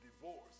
divorce